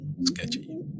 sketchy